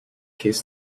case